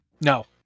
No